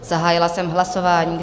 Zahájila jsem hlasování.